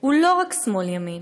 הוא לא רק שמאל ימין.